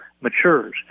matures